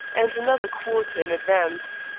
and another quarter in advance.